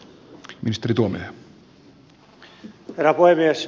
herra puhemies